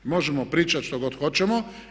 Možemo pričati što god hoćemo.